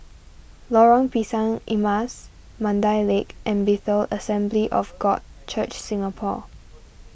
Lorong Pisang Emas Mandai Lake and Bethel Assembly of God Church Singapore